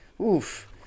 Oof